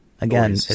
Again